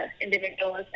individuals